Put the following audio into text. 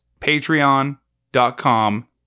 patreon.com